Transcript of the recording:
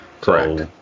Correct